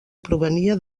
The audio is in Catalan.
provenia